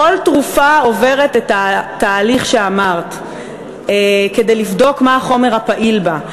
כל תרופה עוברת את התהליך שאמרת כדי לבדוק מה החומר הפעיל בה.